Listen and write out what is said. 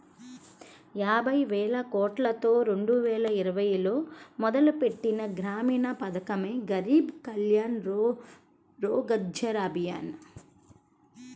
యాబైవేలకోట్లతో రెండువేల ఇరవైలో మొదలుపెట్టిన గ్రామీణ పథకమే గరీబ్ కళ్యాణ్ రోజ్గర్ అభియాన్